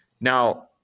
Now